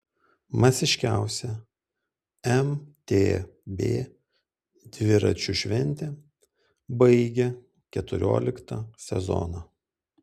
masiškiausia mtb dviračių šventė baigia keturioliktą sezoną